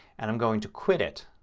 and i'm going to quit it.